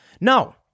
no